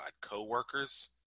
coworkers